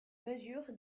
mesure